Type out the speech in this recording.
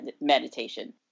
meditation